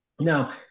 now